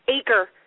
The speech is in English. acre